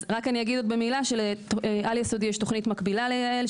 אני רק אגיד במילה שלעל-יסודי יש תוכנית מקבילה ליעל,